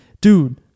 dude